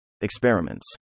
Experiments